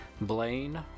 Blaine